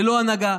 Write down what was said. ללא הנהגה,